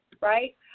right